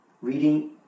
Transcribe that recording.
reading